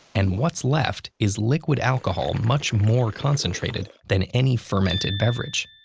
and what's left is liquid alcohol much more concentrated than any fermented beverage.